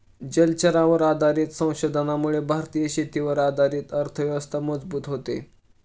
जलचरांवर आधारित संशोधनामुळे भारतीय शेतीवर आधारित अर्थव्यवस्था मजबूत होते